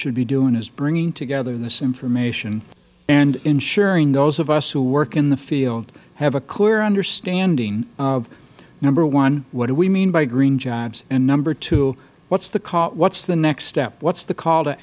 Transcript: should be doing is bringing together this information and ensuring those of us who work in the field have a clear understanding of number one what do we mean by green jobs and number two what is the next step what is the call t